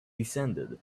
descended